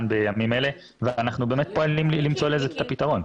בימים אלה ואנחנו באמת פועלים למצוא לזה את הפתרון.